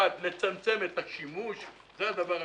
1. לצמצם את השימוש, זה הדבר המרכזי.